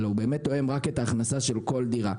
אלא באמת תואם רק את ההכנסה של כל דירה.